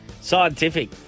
scientific